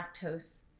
lactose